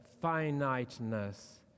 finiteness